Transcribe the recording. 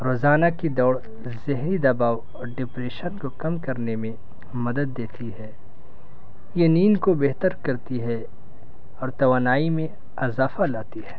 روزانہ کی دوڑ زہری دباؤ اور ڈپریشن کو کم کرنے میں مدد دیتی ہے یہ نیند کو بہتر کرتی ہے اور توانائی میں اضافہ لاتی ہے